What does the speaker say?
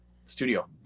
studio